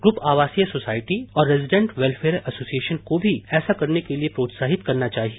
group आवासीय society और resident welfare association को भी ऐसा करने के लिए प्रोत्साहित करना चाहिए